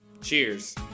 Cheers